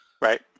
Right